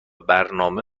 برنامه